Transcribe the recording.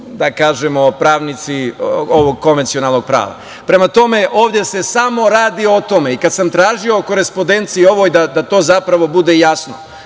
da kažemo, pravnici ovog konvencionalnog prava. Prema tome, ovde se samo radi o tome. I, kada sam tražio o korespodenciji ovoj da to zapravo bude jasno,